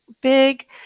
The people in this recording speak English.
big